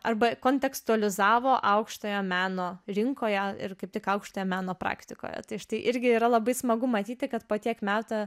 arba kontekstualizavo aukštojo meno rinkoje ir kaip tik aukštojo meno praktikoje tai štai irgi yra labai smagu matyti kad po tiek metų